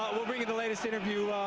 we'll bring you the latest interview,